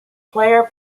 player